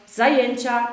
zajęcia